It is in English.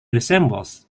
resembles